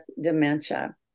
dementia